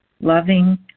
loving